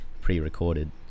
pre-recorded